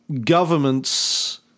governments